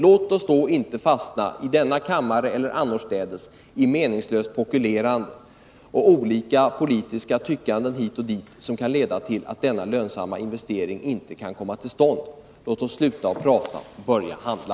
Låt oss då inte, varken i denna kammare eller annorstädes, fastna i meningslöst pokulerande och olika politiska tyckanden hit och dit, som kan leda till att denna lönsamma investering inte kommer till stånd. Låt oss sluta att prata och börja handla!